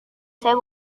saya